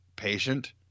patient